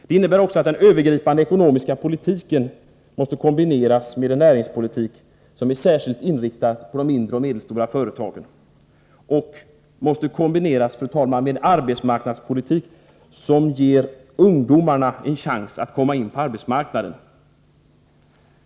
Det innebär också att den övergripande ekonomiska politiken måste kombineras med en näringspolitik som är särskilt inriktad på de mindre och medelstora företagen och, fru talman, med en arbetsmarknadspolitik som ger ungdomarna en chans att komma in på arbetsmarknaden.